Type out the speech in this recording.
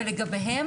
ולגביהם